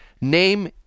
name